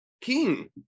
king